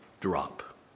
drop